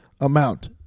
amount